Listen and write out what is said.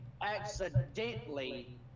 accidentally